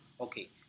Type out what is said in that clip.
okay